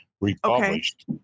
republished